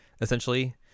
essentially